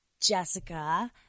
Jessica